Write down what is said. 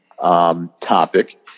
topic